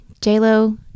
J-Lo